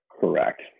Correct